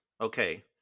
Okay